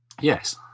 Yes